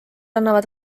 annavad